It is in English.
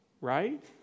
right